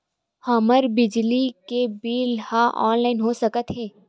हमर बिजली के बिल ह ऑनलाइन हो सकत हे?